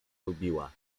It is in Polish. lubiła